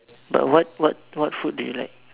but what what what food do you like